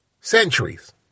Centuries